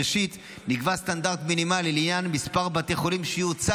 ראשית נקבע סטנדרט מינימלי לעניין מספר בתי חולים שיוצע